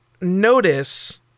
notice